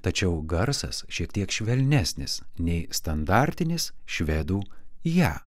tačiau garsas šiek tiek švelnesnis nei standartinis švedų ją